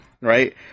Right